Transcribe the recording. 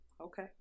Okay